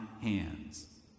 hands